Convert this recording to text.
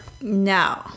No